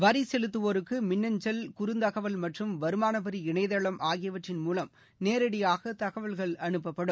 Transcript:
வரி செலுத்துவோருக்கு மின்னஞ்சல் குறந்தகவல் மற்றும் வருமானவரி இணையதளம் ஆகியவற்றின் மூலம் நேரடியாக தகவல்கள் அனுப்பப்படும்